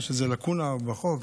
יש איזו לקונה בחוק.